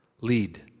lead